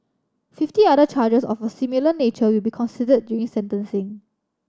fifty other charges of a similar nature will be considered during sentencing